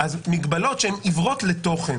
הוא מאוד חשוב אז מגבלות שהן עיוורות לתוכן,